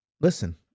Listen